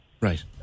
Right